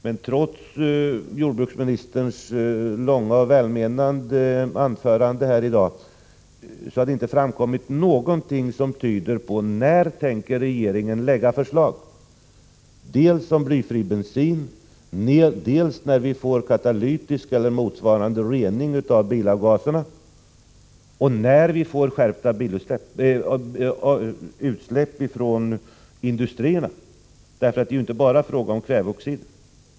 Men trots jordbruksministerns långa och välmenande anförande här i dag har det inte framkommit någonting om dels när regeringen tänker framlägga förslag om blyfri bensin, dels när vi får katalytisk eller motsvarande rening av bilavgaserna, dels när vi får skärpta bestämmelser för utsläpp från industrierna — det är ju inte bara fråga om kväveoxider.